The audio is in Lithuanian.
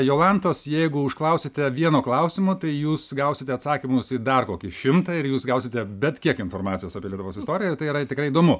jolantos jeigu užklausite vieno klausimo tai jūs gausite atsakymus į dar kokį šimtą ir jūs gausite bet kiek informacijos apie lietuvos istoriją ir tai yra tikrai įdomu